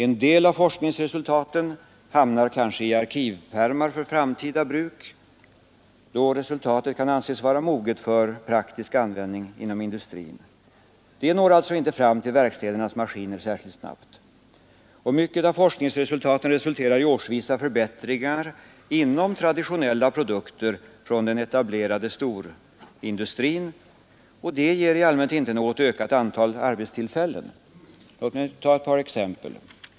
En del av forskningsresultaten hamnar kanske i arkivpärmar för framtida bruk, då resultatet kan anses vara moget för praktisk användning inom industrin. Det når så inte fram till verkstädernas maskiner så särskilt snabbt. Mycket av forskningsresultaten resulterar i årsvisa förbättringar inom traditionella produkter från den etablerade storindustrin — och det ger i allmänhet inte något ökat antal arbetstillfällen. Låt mig få ta ett par exempel.